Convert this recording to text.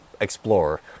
explorer